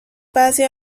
بعضی